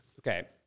Okay